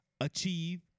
achieve